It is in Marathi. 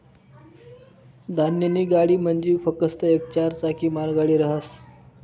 धान्यनी गाडी म्हंजी फकस्त येक चार चाकी मालगाडी रहास